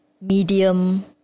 medium